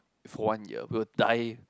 for one year we will die